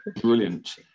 Brilliant